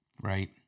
right